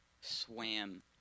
swam